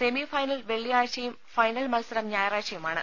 semi final വെള്ളിയാഴ്ചയും final മത്സരം ഞായറാഴ്ച യുമാണ്